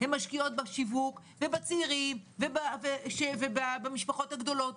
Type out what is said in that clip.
הן משקיעות בשיווק ובצעירים ובמשפחות הגדולות.